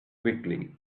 quickly